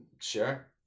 sure